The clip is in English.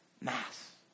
Mass